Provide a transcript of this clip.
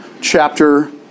chapter